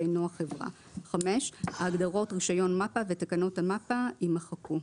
שאינו החברה,"; ההגדרות "רישיון מפ"א" ו- "תקנות המפ"א" יימחקו."